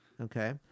Okay